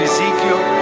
Ezekiel